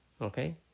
Okay